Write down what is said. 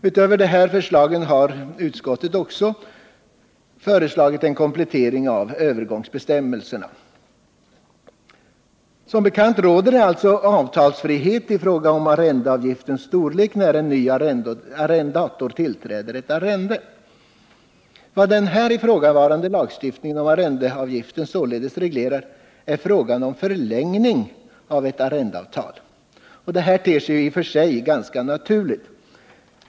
Utöver de här förslagen har utskottet också föreslagit en komplettering av övergångsbestämmelserna. Som bekant råder det avtalsfrihet i fråga om arrendeavgiftens storlek när en ny arrendator tillträder ett arrende. Vad den här ifrågavarande lagstiftningen om arrendeavgiften reglerar är således frågan om förlängning av ett arrendeavtal. Det ter sig i och för sig ganska naturligt.